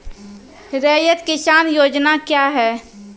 रैयत किसान योजना क्या हैं?